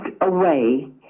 away